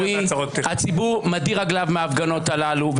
הציבור מדיר רגליו מההפגנות הללו,